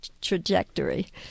trajectory